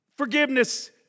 Forgiveness